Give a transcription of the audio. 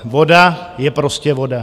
Voda je prostě voda.